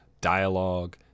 dialogue